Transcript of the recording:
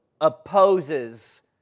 opposes